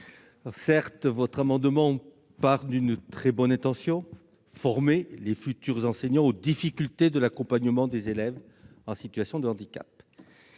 Certes, votre amendement part d'une très bonne intention : former les futurs enseignants aux difficultés de l'accompagnement des élèves en situation de handicap.